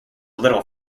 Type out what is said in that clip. little